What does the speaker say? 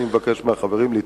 אני מבקש מהחברים לתמוך.